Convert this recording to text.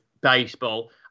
baseball